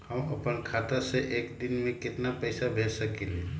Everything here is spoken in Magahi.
हम अपना खाता से एक दिन में केतना पैसा भेज सकेली?